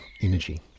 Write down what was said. energy